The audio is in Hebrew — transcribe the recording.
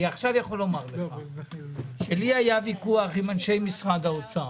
אני עכשיו יכול לומר לך שלי היה ויכוח עם אנשי משרד האוצר,